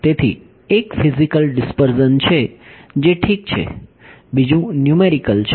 તેથી એક physical dispersion છે જે ઠીક છે બીજું ન્યૂમેરિકલ છે